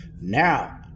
Now